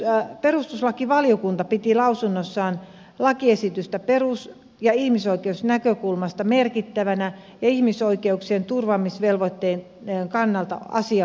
myös perustuslakivaliokunta piti lausunnossaan lakiesitystä perus ja ihmisoikeusnäkökulmasta merkittävänä ja ihmisoikeuksien turvaamisvelvoitteen kannalta asianmukaisena